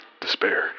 despair